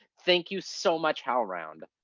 thank you so much, howlround.